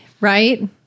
Right